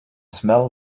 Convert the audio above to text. smell